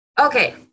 Okay